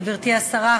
גברתי השרה,